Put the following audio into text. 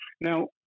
Now